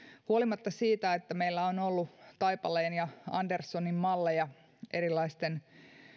huolimatta siitä että meillä on ollut taipaleen ja anderssonin malleja erilaisten